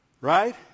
Right